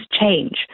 change